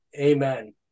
Amen